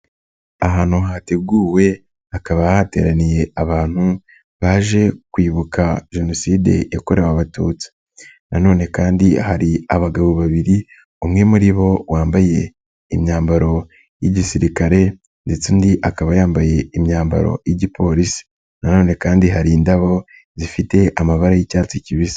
Ahantu hateguwe hakaba hateraniye abantu baje kwibuka Jenoside yakorewe Abatutsi, na none kandi hari abagabo babiri umwe muri bo wambaye imyambaro y'igisirikare ndetse undi akaba yambaye imyambaro y'igiporisi. Na none kandi hari indabo zifite amabara y'icyatsi kibisi.